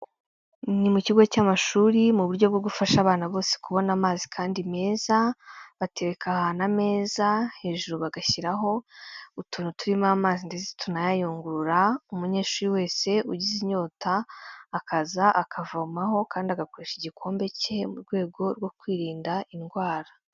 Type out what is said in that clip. Ni mu kigo cy'amashuri mu buryo bwo gufasha abana bose kubona amazi kandi meza, batereka ahantu ameza, hejuru bagashyiraho utuntu turimo amazi ndetse tunayayungurura, umunyeshuri wese ugize inyota akaza akavomaho, kandi agakoresha igikombe cye mu rwego rwo kwirinda indwara.